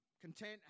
content